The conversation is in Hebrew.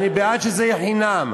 אני בעד שזה יהיה חינם,